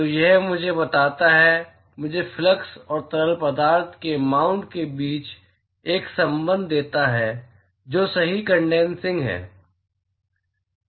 तो यह मुझे बताता है मुझे फ्लक्स और तरल पदार्थ के माउंट के बीच एक संबंध देता है जो सही कनडेनसिंग है